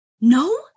no